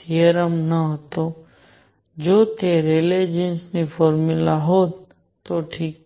theorem ન હતો જો તે રેલેજીનની ફોર્મ્યુલા હોત તો ઠીક છે